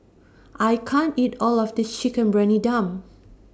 I can't eat All of This Chicken Briyani Dum